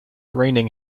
raining